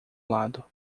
lado